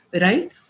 right